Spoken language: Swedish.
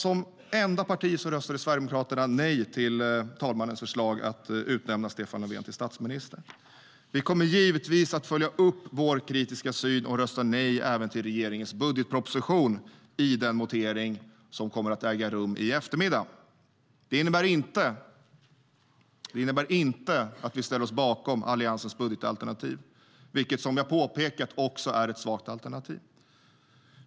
Som enda parti röstade Sverigedemokraterna nej till talmannens förslag att utnämna Stefan Löfven till statsminister. Vi kommer givetvis att följa upp vår kritiska syn och rösta nej även till regeringens budgetproposition i den votering som kommer att äga rum i eftermiddag. Det innebär inte att vi ställer oss bakom Alliansens budgetalternativ, vilket - som jag har påpekat - också är ett svagt alternativ.